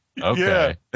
Okay